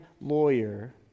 lawyer